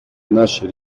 нашей